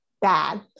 bad